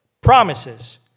promises